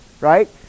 right